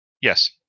yes